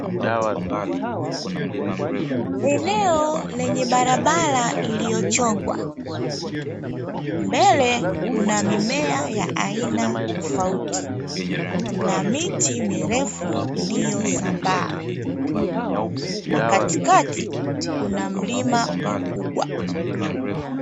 Eneo lenye barabara iliyochongwa, mbele kuna mimea ya aina tofauti na miti mirefu iliyosambaa, na katikati kuna mlima mkubwa.